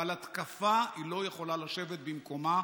ועל התקפה היא לא יכולה לשבת במקומה,